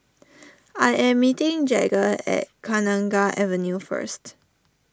I am meeting Jagger at Kenanga Avenue first